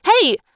Hey